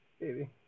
baby